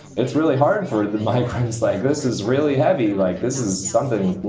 it's really hard for the migrants like, this is really heavy. like, this is something, you